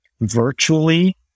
virtually